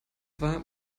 war